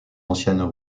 anciennes